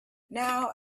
now